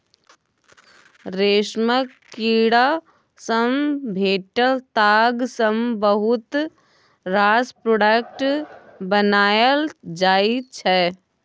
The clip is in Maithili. रेशमक कीड़ा सँ भेटल ताग सँ बहुत रास प्रोडक्ट बनाएल जाइ छै